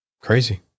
crazy